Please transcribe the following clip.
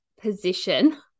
position